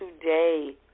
today